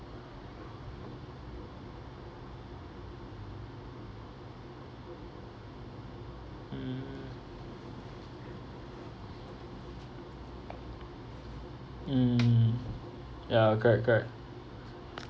mm mm ya correct correct